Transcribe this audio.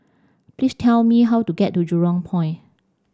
please tell me how to get to Jurong Point